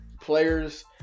players